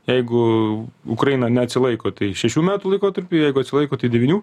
jeigu ukraina neatsilaiko tai šešių metų laikotarpyje jeigu atsilaiko tai devynių